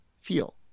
feel